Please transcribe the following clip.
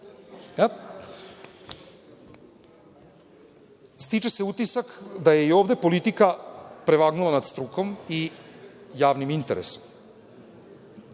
Stiče se utisak da je i ovde politika prevagnula nad strukom i javnim interesom. Dakle,